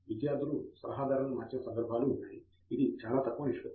విద్యార్థులు సలహాదారులను మార్చిన సందర్భాలు ఉన్నాయి ఇది చాలా తక్కువ నిష్పత్తి